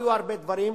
היו הרבה דברים,